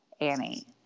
Annie